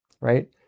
right